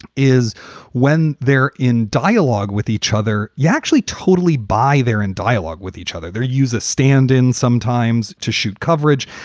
is when they're in dialogue with each other, you actually totally by there, in dialogue with each other, their user stand in sometimes to shoot coverage.